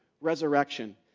resurrection